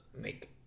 make